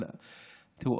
תראו,